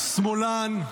שמאלן,